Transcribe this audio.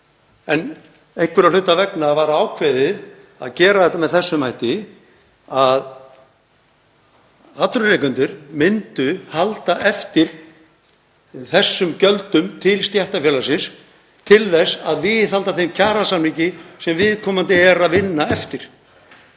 Einhverra hluta vegna var ákveðið að gera þetta með þessum hætti, að atvinnurekendur myndu halda eftir þessum gjöldum til stéttarfélagsins til þess að viðhalda þeim kjarasamningi sem viðkomandi er að vinna eftir.